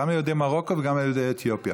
גם על יהודי מרוקו וגם על יהודי אתיופיה.